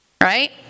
right